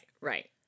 Right